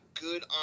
good